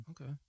Okay